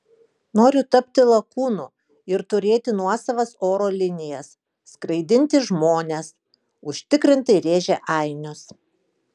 noriu tapti lakūnu ir turėti nuosavas oro linijas skraidinti žmones užtikrintai rėžė ainius